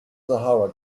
sahara